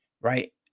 right